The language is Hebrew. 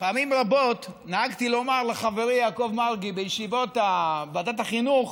פעמים רבות נהגתי לומר לחברי יעקב מרגי בישיבות ועדת החינוך